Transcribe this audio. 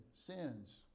sins